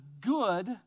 good